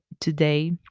today